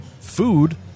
food